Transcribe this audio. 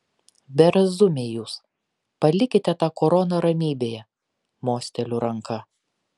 berazumiai jūs palikite tą koroną ramybėje mosteliu ranka